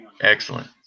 excellent